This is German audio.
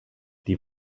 die